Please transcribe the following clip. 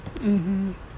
mmhmm